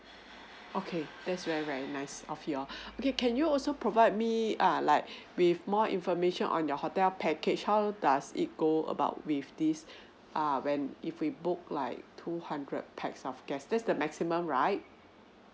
okay that's very very nice of your okay can you also provide me err like with more information on your hotel package how does it go about with this err when if we book like two hundred pax of guest that's the maximum right